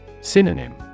Synonym